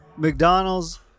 McDonald's